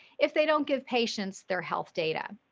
if they don't give patients, their health data.